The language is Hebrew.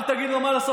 אל תגיד לו מה לעשות.